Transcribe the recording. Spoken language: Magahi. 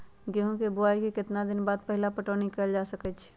गेंहू के बोआई के केतना दिन बाद पहिला पटौनी कैल जा सकैछि?